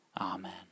Amen